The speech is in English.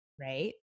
Right